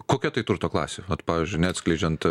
kokia tai turto klasė ot pavyzdžiui neatskleidžiant